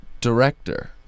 director